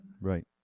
right